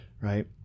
right